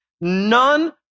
None